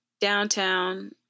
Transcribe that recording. downtown